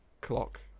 clock